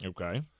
okay